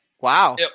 Wow